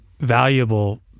valuable